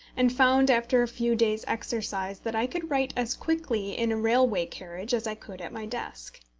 and found after a few days' exercise that i could write as quickly in a railway-carriage as i could at my desk.